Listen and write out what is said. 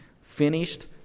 finished